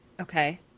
Okay